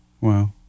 Wow